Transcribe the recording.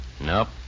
Nope